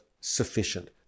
sufficient